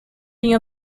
been